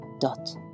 dot